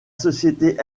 société